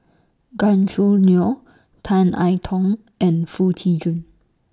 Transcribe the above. Gan Choo Neo Tan I Tong and Foo Tee Jun